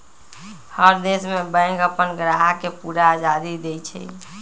हर देश में बैंक अप्पन ग्राहक के पूरा आजादी देई छई